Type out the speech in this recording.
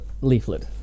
leaflet